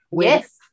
Yes